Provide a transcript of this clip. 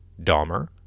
Dahmer